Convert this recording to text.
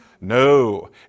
No